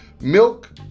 milk